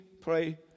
pray